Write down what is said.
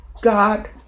God